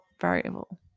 variable